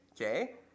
okay